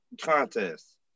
contest